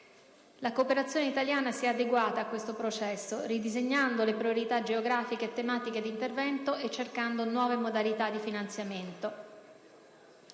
La cooperazione italiana si è adeguata a questo processo, ridisegnando le priorità geografiche e tematiche di intervento e ricercando nuove modalità di finanziamento.